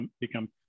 become